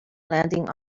landing